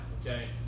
okay